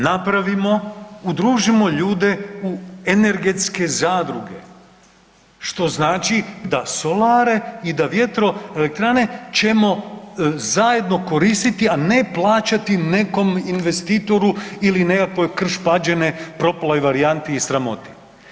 Napravimo, udružimo ljude u energetske zadruge, što znači da solare i da vjetroelektrane ćemo zajedno koristiti, a ne plaćati nekom investitoru ili nekakvoj Krš–Pađene propaloj varijanti i sramoti.